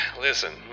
Listen